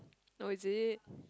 oh is it